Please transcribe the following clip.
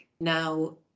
now